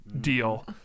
deal